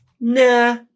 Nah